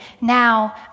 Now